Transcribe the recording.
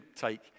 take